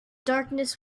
darkness